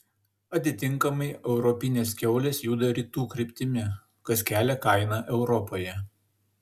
atitinkamai europinės kiaulės juda rytų kryptimi kas kelia kainą europoje